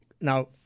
now